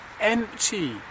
empty